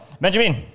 Benjamin